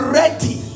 ready